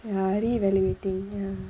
ya re-evaluating ya